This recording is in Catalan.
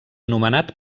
nomenat